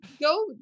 go